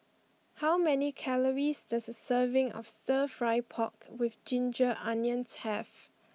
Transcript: how many calories does a serving of stir fry pork with ginger onions have